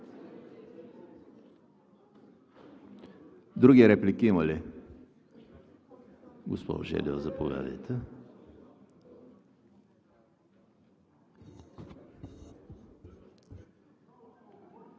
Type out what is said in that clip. Други реплики има ли? Госпожо Желева, заповядайте.